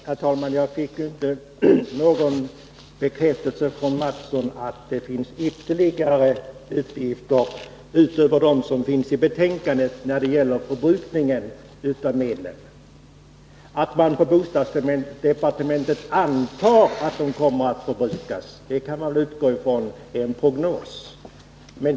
Herr talman! Jag fick inte någon bekräftelse från Kjell Mattsson på att det finns ytterligare uppgifter utöver dem som lämnas i betänkandet när det gäller förbrukningen av medlen. Vi kan utgå från att bostadsdepartementets antagande om att dessa kommer att förbrukas bara är en prognos.